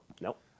Nope